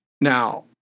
Now